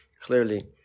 clearly